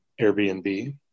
Airbnb